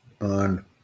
on